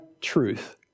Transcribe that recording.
truth